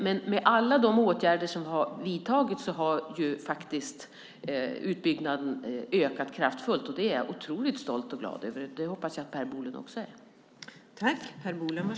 Genom alla de åtgärder som har vidtagits har utbyggnaden ökat kraftigt, och det är jag oerhört stolt och glad över. Det hoppas jag att Per Bolund också är.